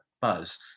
buzz